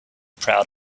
proud